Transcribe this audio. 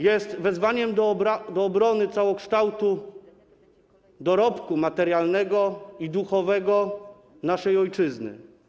Jest wezwaniem do obrony całokształtu dorobku materialnego i duchowego naszej ojczyzny.